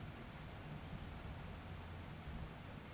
জৈবজালালী যেগলা জলের মত যেট তরল পদাথ্থ যেমল ডিজেল, ইথালল ইত্যাদি